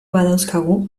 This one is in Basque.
badauzkagu